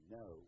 no